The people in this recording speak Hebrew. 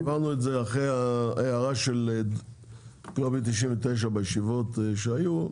ואמרנו את זה אחרי ההערה של לובי 99 בישיבות שהיו,